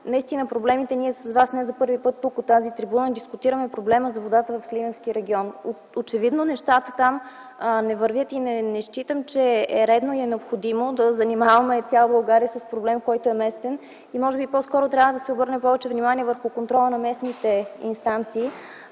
Наистина, ние с Вас не за първи път от тази трибуна дискутираме проблема за водата в Сливенския регион. Очевидно нещата там не вървят. Не считам, че е редно и необходимо да занимаваме цяла България с местен проблем. Може би по-скоро трябва да се обърне повече внимание върху контрола на местните инстанции.